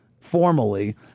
formally